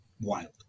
wild